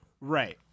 Right